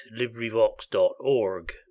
LibriVox.org